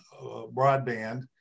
broadband